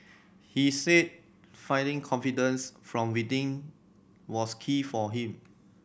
he said finding confidence from within was key for him